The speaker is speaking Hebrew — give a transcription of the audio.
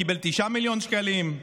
קיבל 9 מיליון שקלים.